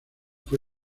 fue